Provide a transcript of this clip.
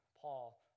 paul